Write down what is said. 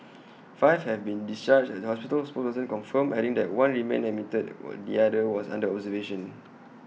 five have been discharged A hospital spokesperson confirmed adding that one remained admitted while the other was under observation